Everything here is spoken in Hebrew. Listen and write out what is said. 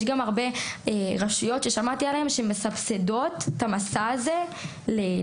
יש גם הרבה רשויות ששמעתי עליהן שמסבסדות את המסע הזה לנוער.